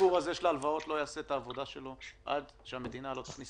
של ההלוואות לא יעשה את העבודה שלו עד שהמדינה לא תכניס